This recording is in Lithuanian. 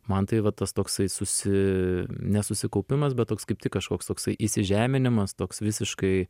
man tai va tas toksai susi ne susikaupimas bet toks kaip tik kažkoks toksai įsižeminimas toks visiškai